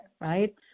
right